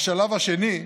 בשלב השני,